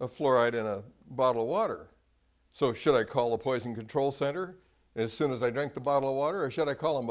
of fluoride in a bottle of water so should i call the poison control center as soon as i don't the bottle of water or should i call them